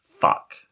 fuck